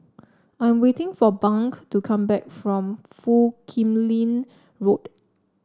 I'm waiting for Bunk to come back from Foo Kim Lin Road